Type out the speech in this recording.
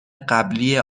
قبلی